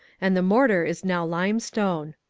and the mortar is now limestone.